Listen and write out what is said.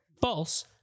False